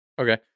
Okay